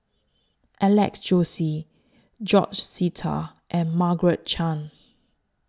Alex Josey George Sita and Margaret Chan